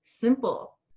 simple